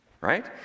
Right